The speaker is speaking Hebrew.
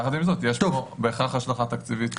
יחד עם זאת יש פה בהכרח השלכה תקציבית.